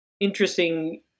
Interesting